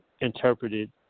interpreted